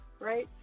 right